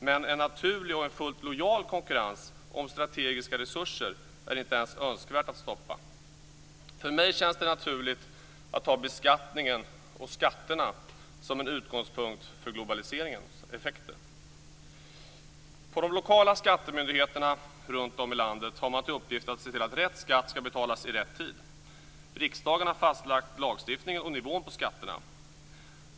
Men en naturlig och fullt lojal konkurrens om strategiska resurser är inte ens önskvärd att stoppa. För mig känns det naturligt att ta beskattningen och skatterna som utgångspunkt för globaliseringens effekter. På de lokala skattemyndigheterna runtom i landet har man till uppgift att se till att rätt skatt ska betalas i rätt tid. Riksdagen har fastlagt lagstiftning och nivån på skatterna.